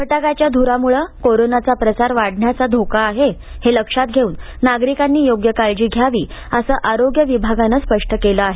फटाक्याच्या धुरामुळं कोरोनाचा प्रसार वाढण्याचा धोका आहे हे लक्षात घेऊन नागरिकांनी योग्य काळजी घ्यावी असं आरोग्य विभागानं स्पष्ट केलं आहे